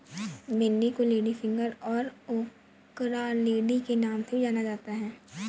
भिन्डी को लेडीफिंगर और ओकरालेडी के नाम से भी जाना जाता है